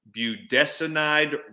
budesonide